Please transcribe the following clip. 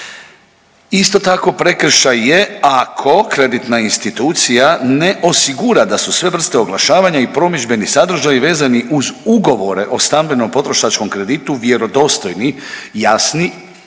Isto tako prekršaj je ako kreditna institucija ne osigura da su sve vrste oglašavanja i promidžbeni sadržaji vezani uz ugovore o stambenom potrošačkom kreditu vjerodostojni, jasni